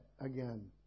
again